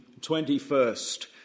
21st